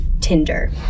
tinder